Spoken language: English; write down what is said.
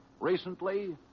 Recently